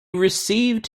received